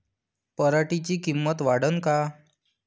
पराटीची किंमत वाढन का?